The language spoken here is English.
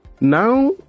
now